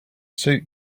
suit